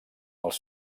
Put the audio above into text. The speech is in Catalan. els